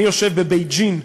אני יושב בבייג'ין,